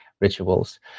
rituals